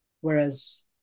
Whereas